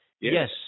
Yes